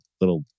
little